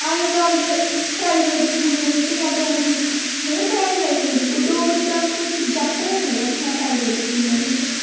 अजकल्ल ते प्राईवेट स्कूलें बिच्च गै डोगरी नेईंं पढ़ाई जाई सकदी डोगरी दा कोई सबजैक्ट गै नेईं रक्खे दा प्राइवेट स्कूलें बिच्च